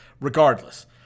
Regardless